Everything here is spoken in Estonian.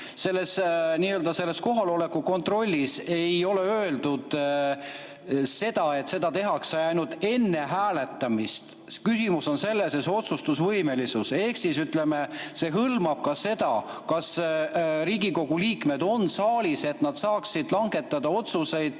Selle kohaloleku kontrolli kohta ei ole öeldud, et seda tehakse ainult enne hääletamist. Küsimus on otsustusvõimelisuses. Ehk siis, ütleme, see hõlmab ka seda, kas Riigikogu liikmed on saalis, et nad saaksid langetada otsuseid